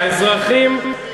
האזרחים,